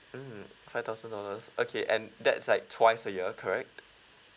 mm five thousand dollars okay and that's like twice a year correct